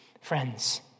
Friends